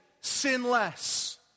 sinless